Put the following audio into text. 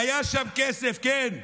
והיה שם כסף, כן,